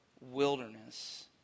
wilderness